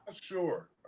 sure